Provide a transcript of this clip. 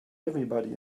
everybody